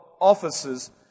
offices